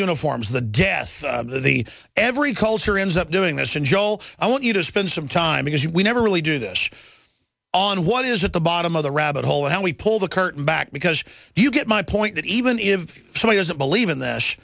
uniforms the death the every culture is up doing this and joel i want you to spend some time because we never really do this on what is at the bottom of the rabbit hole how we pull the curtain back because do you get my point that even if someone doesn't believe in this